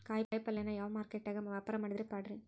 ಕಾಯಿಪಲ್ಯನ ಯಾವ ಮಾರುಕಟ್ಯಾಗ ವ್ಯಾಪಾರ ಮಾಡಿದ್ರ ಪಾಡ್ರೇ?